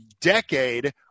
decade